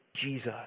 Jesus